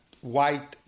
white